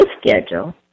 schedule